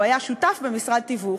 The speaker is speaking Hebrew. הוא היה שותף במשרד תיווך.